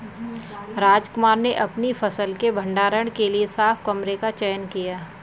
रामकुमार ने अपनी फसल के भंडारण के लिए साफ कमरे का चयन किया